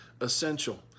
essential